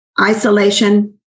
Isolation